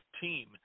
team